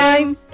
time